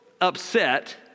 upset